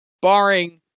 barring